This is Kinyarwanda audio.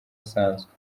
asanzwe